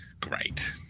great